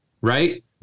right